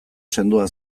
sendoa